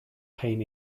pain